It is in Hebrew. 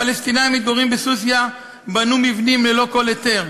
הפלסטינים המתגוררים בסוסיא בנו מבנים ללא כל היתר.